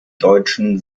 deutschen